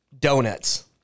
donuts